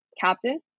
captain